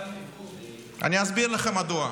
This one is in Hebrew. אני אסביר לך מדוע: